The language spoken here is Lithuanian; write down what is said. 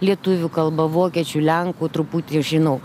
lietuvių kalbą vokiečių lenkų truputį žinau